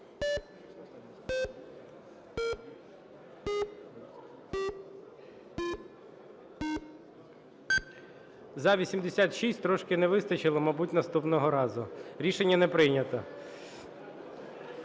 За-86 Трошки не вистачило, мабуть, наступного разу. Рішення не прийнято.